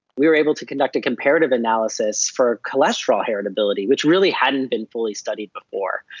we were able to conduct a comparative analysis for cholesterol heritability, which really hadn't been fully studied before.